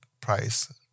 price